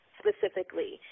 specifically